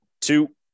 Two